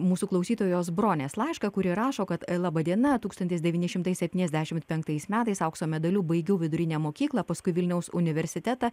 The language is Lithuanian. mūsų klausytojos bronės laišką kurį rašo kad laba diena tūkstantis devyni šimtai septyniasdešimt penktais metais aukso medaliu baigiau vidurinę mokyklą paskui vilniaus universitetą